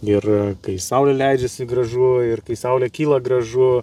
ir kai saulė leidžiasi gražu ir kai saulė kyla gražu